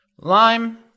Lime